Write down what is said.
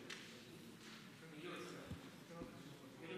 תומא סלימאן.